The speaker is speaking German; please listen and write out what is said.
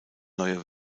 neue